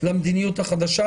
קבוצת המדינות האדומות תהיה ריקה,